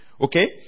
Okay